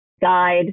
guide